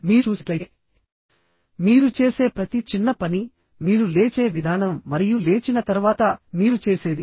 మీరు చూసినట్లయితే మీరు చేసే ప్రతి చిన్న పని మీరు లేచే విధానం మరియు లేచిన తర్వాత మీరు చేసేది